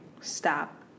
stop